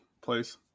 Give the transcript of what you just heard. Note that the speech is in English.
place